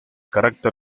carácter